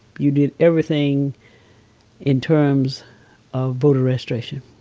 you did everything in terms of voter registration.